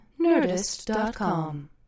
Nerdist.com